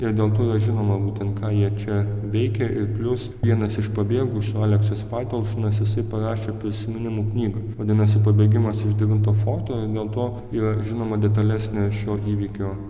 ir dėl to jie žinoma būtent ką jie čia veikė ir plius vienas iš pabėgusių aleksas faitalsonas jisai parašė prisiminimų knygoj vadinasi pabėgimas iš devinto forto dėl to yra žinoma detalesnė šio įvykio